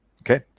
okay